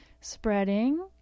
spreading